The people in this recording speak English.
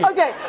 Okay